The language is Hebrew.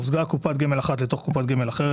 מוזגה קופת גמל אחת לתוך קופת גמל אחרת,